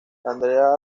andrea